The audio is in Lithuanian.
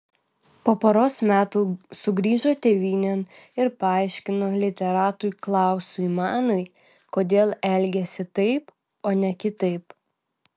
po poros metų sugrįžo tėvynėn ir paaiškino literatui klausui manui kodėl elgėsi taip o ne kitaip